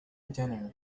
dinner